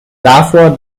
davor